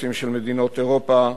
לאינטרסים של מדינות אירופה,